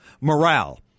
morale